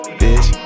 bitch